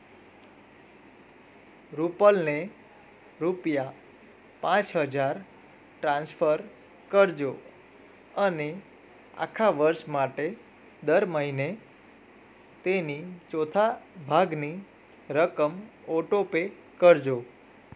રૂપલને રૂપિયા પાંચ હજાર ટ્રાન્સફર કરજો અને આખા વર્ષ માટે દર મહિને તેની ચોથા ભાગની રકમ ઓટો પે કરજો